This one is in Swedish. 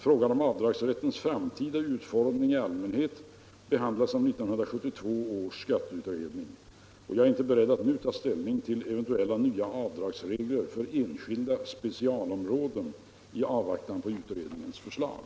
Frågan om avdragsrättens framtida utformning i allmänhet behandlas av 1972 års skatteutredning. Jag är inte beredd att nu ta ställning till eventuella nya avdragsregler för enskilda specialområden i avvaktan på utredningens förslag.